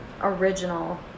original